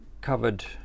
covered